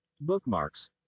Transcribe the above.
Bookmarks